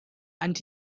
and